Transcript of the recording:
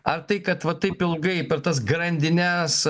ar tai kad va taip ilgai per tas grandines